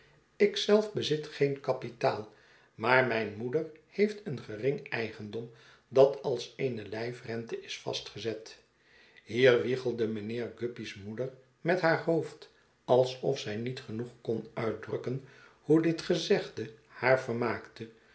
ik zelf bezit geen kapitaal maar mijne moeder heeft een gering eigendom dat als eene lijfrente is vastgezet hier wiegelde mijnheer guppy's moeder met haar hoofd alsof zij niet genoeg kon uitdrukken hoe dit gezegde haar vermaakte